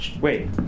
wait